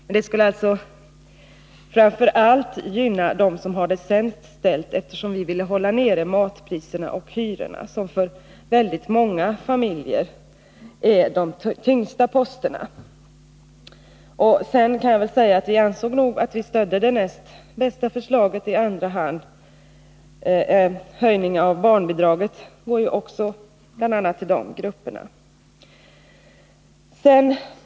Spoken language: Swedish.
Detta skulle alltså framför allt gynna dem som har det sämst ställt, eftersom vi ville nålla nere matpriserna och hyrorna som för många familjer är de tyngsta posterna. Vi anser att vi stödde det näst bästa förslaget i andra hand, nämligen höjningen av barnbidraget, vilket bl.a. gynnar de grupper jag här nämnt.